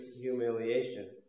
humiliation